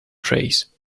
trace